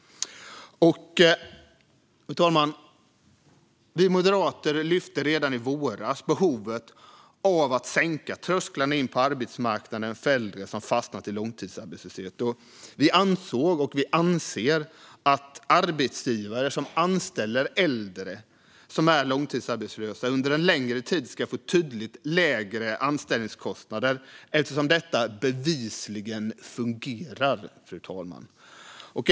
Vi moderater lyfte redan i våras fram behovet av att sänka trösklarna in till arbetsmarknaden för äldre som fastnat i långtidsarbetslöshet. Vi ansåg och anser att arbetsgivare som anställer äldre som är långtidsarbetslösa under en längre tid ska få tydligt lägre anställningskostnader eftersom detta bevisligen fungerar.